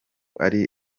ari